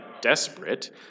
desperate